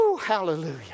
Hallelujah